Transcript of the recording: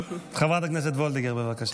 חברת הכנסת וולדיגר, בבקשה.